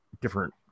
different